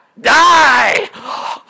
die